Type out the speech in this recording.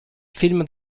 film